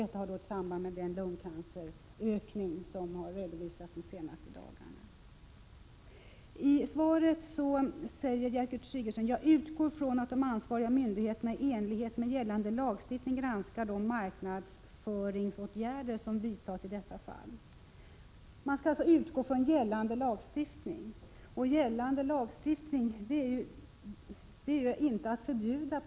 Detta har samband med den lungcancerökning som har redovisats under de senaste dagarna. I svaret säger Gertrud Sigurdsen: ”Jag utgår från att de ansvariga myndigheterna i enlighet med gällande lagstiftning granskar de marknadsföringsåtgärder som vidtas i detta fall.” Man skall alltså utgå från gällande lagstiftning, och i gällande lagstiftning förbjuds inte reklam.